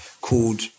called